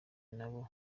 n’abo